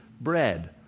bread